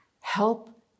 help